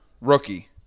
rookie